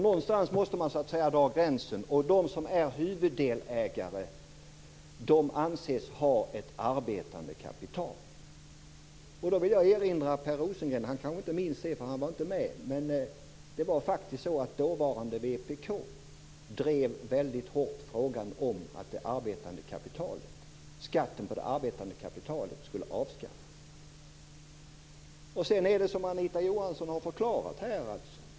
Någonstans måste man dra gränsen, och de som är huvuddelägare anses ha ett arbetande kapital. Jag vill erinra Per Rosengren om att dåvarande vpk väldigt hårt drev frågan om att skatten på det arbetande kapitalet skulle avskaffas. Han kanske inte minns det, för han var inte med. Sedan är det som Anita Johansson har förklarat.